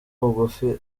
bugufi